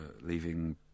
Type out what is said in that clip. leaving